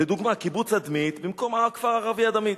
לדוגמה: קיבוץ אדמית, במקום הכפר הערבי אדמית,